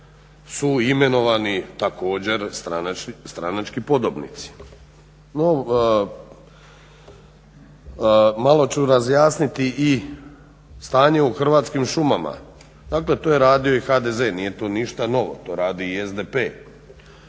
su imenovani također stranački podobnici. Malo ću razjasniti i stanje u Hrvatskim šumama. Dakle to je radio i HDZ, nije tu ništa novo to radi i SDP.